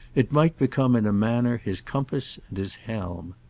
it might become in a manner his compass and his helm.